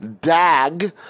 dag